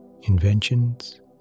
inventions